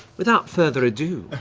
without further ado,